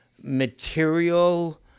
material